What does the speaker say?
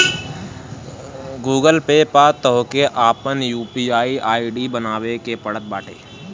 Google Pay पअ तोहके आपन यू.पी.आई आई.डी बनावे के पड़त बाटे